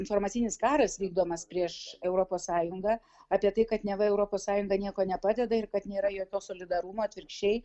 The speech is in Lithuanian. informacinis karas vykdomas prieš europos sąjungą apie tai kad neva europos sąjunga nieko nepadeda ir kad nėra jokio solidarumo atvirkščiai